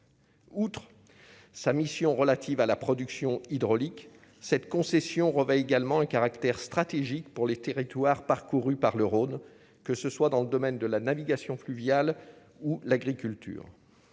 Outre sa mission relative à la production hydraulique, cette concession revêt également un caractère stratégique pour les territoires parcourus par le Rhône, que ce soit dans le domaine de la navigation fluviale ou l'agriculture,